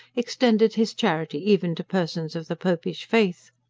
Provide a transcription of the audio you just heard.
extended his charity even to persons of the popish faith.